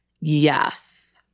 Yes